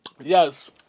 Yes